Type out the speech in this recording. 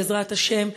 בעזרת השם,